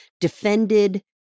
defended